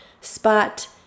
spot